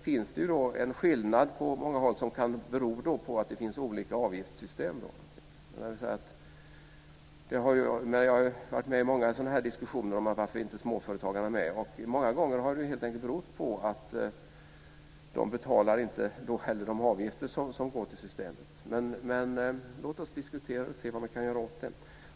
finns i dag en skillnad på många håll som kan bero på att det finns olika avgiftssystem. Jag har varit med om många diskussioner om varför inte småföretagarna är med. Många gånger har det berott på att de inte heller betalar de avgifter som går till systemet. Men låt oss diskutera det och se vad vi kan göra åt det.